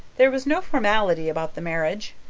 there was no formality about the marriage.